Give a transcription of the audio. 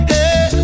Hey